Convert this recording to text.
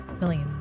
million